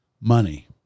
money